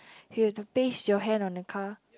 you have to paste your hand on a car